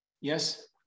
yes